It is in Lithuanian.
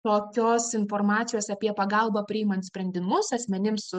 tokios informacijos apie pagalbą priimant sprendimus asmenims